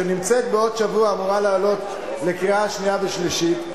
שבעוד שבוע אמורה לעלות לקריאה שנייה ושלישית,